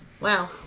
Wow